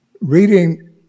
reading